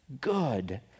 good